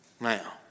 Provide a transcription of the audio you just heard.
Now